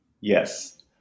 Yes